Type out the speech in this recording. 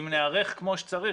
אם ניערך כמו שצריך,